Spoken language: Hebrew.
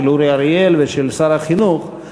של אורי אריאל ושל שר החינוך,